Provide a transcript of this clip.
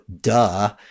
duh